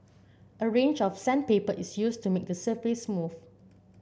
a range of sandpaper is used to make the surface smooth